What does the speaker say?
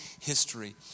history